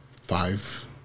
five